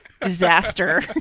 disaster